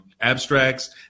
abstracts